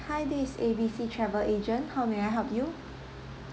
hi this A_B_C travel agent how may I help you